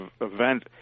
event